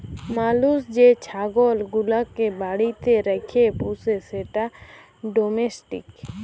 মালুস যে ছাগল গুলাকে বাড়িতে রাখ্যে পুষে সেট ডোমেস্টিক